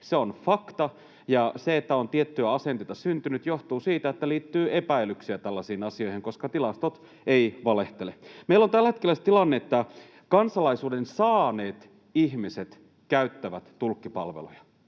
on fakta, ja se, että on tiettyjä asenteita syntynyt, johtuu siitä, että liittyy epäilyksiä tällaisiin asioihin, koska tilastot eivät valehtele. Meillä on tällä hetkellä se tilanne, että kansalaisuuden saaneet ihmiset käyttävät tulkkipalveluja.